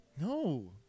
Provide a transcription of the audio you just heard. No